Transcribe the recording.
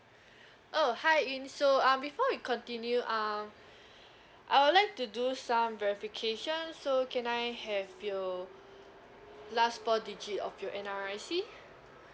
oh hi eunice so uh before we continue um I would like to do some verification so can I have your last four digit of your N_R_I_C